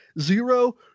Zero